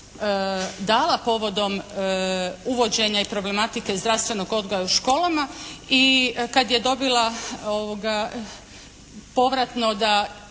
dala povodom uvođenja i problematike zdravstvenog odgoja u školama i kad je dobila povratno da